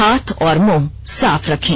हाथ और मुंह साफ रखें